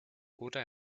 oder